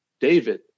David